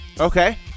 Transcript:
Okay